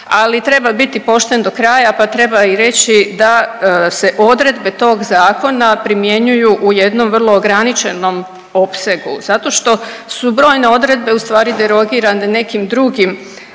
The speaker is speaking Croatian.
ali treba biti pošten do kraja pa treba i reći da se odredbe tog zakona primjenjuju u jednom vrlo ograničenom opsegu zato što su brojne odredbe ustvari derogirane nekim drugim